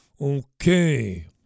Okay